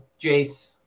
Jace